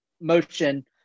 motion